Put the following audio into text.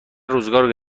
روزگار